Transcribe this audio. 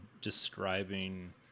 describing